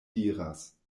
diras